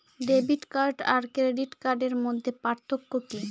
Debit card আর credit কার্ডের মধ্যে পার্থক্য কি?